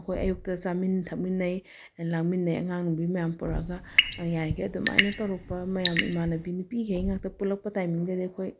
ꯑꯩꯈꯣꯏ ꯑꯌꯨꯛꯇ ꯆꯥꯃꯤꯟ ꯊꯛꯃꯤꯟꯅꯩ ꯂꯥꯡꯃꯤꯟꯅꯩ ꯑꯉꯥꯡ ꯅꯨꯕꯤ ꯃꯌꯥꯝ ꯄꯨꯔꯛꯑꯒ ꯌꯥꯔꯤꯈꯩ ꯑꯗꯨꯃꯥꯏꯅ ꯇꯧꯔꯛꯄ ꯃꯌꯥꯝ ꯏꯃꯥꯟꯅꯕꯤ ꯅꯨꯄꯤꯈꯩ ꯉꯥꯛꯇ ꯄꯨꯜꯂꯛꯄ ꯇꯥꯏꯃꯤꯡꯗꯗꯤ ꯑꯩꯈꯣꯏ